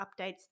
updates